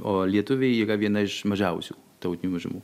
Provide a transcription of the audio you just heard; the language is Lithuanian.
o lietuviai yra viena iš mažiausių tautinių mažumų